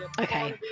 okay